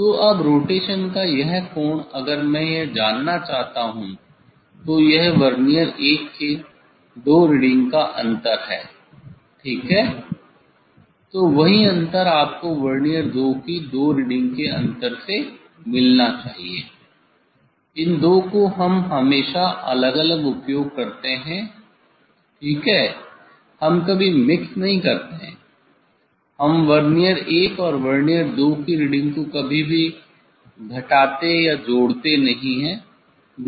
तो अब रोटेशन का यह कोण अगर मैं यह जानना चाहता हूं तो यह वर्नियर 1 के दो रीडिंग का अंतर है ठीक है तो वही अंतर आपको वर्नियर 2 की दो रीडिंग के अंतर से मिलना चाहिए इन दो का हम हमेशा अलग अलग उपयोग करते हैं ठीक है हम कभी मिक्स्ड नहीं करते हैं हम वर्नियर 1 और वर्नियर 2 की रीडिंग को कभी भी घटाते या जोड़ते नहीं हैं